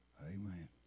Amen